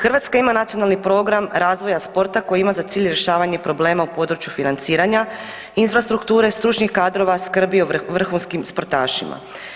Hrvatska ima Nacionalni program razvoja sporta koji ima za cilj rješavanje problema u području financiranja, infrastrukture, stručnih kadrova, skrbi o vrhunskim sportašima.